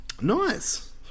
Nice